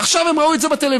עכשיו הם ראו את זה בטלוויזיה,